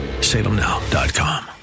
salemnow.com